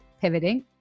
Pivoting